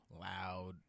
loud